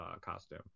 costume